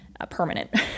Permanent